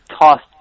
tossed